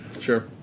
Sure